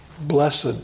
Blessed